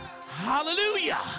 hallelujah